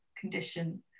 condition